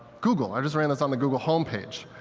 google, i just ran this on the google home page.